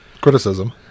criticism